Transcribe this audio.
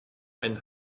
ein